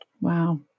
wow